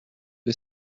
que